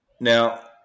Now